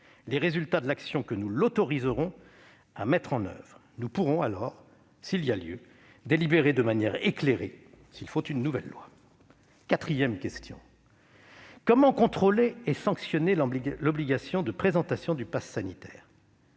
les résultats de l'action que nous l'autoriserons à mettre en oeuvre. Nous pourrons alors, s'il y a lieu, délibérer de manière éclairée pour déterminer s'il faut une nouvelle loi. Quatrième question : comment contrôler et sanctionner l'obligation de présentation du passe sanitaire ?